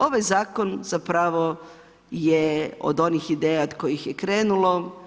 Ovaj zakon zapravo je od onih ideja od kojih je krenulo.